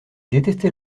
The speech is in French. détestait